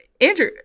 Andrew